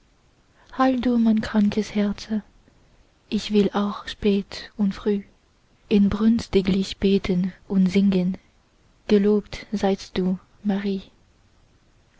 mein krankes herze ich will auch spät und früh inbrünstiglich beten und singen gelobt seist du marie